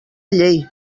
llei